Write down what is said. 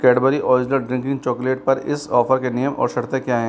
Cadbury original drinking chocolate पर इस offer के नियम और शर्ते क्या हैं